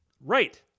Right